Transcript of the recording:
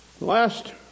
last